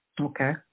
Okay